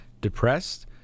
depressed